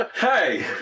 hey